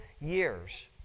years